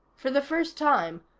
for the first time,